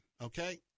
Okay